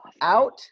out